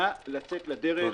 נא לצאת לדרך.